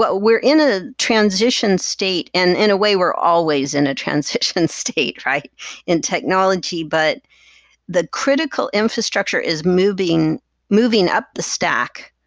but we're in ah transition state, and in a way we're always in a transition state in technology, but that critical infrastructure is moving moving up the stack.